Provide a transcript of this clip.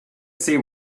see